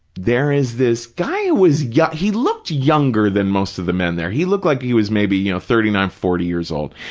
there is this guy who was, yeah he looked younger than most of the men there. he looked like he was maybe, you know, thirty nine, forty years old,